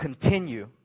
Continue